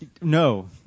No